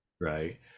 Right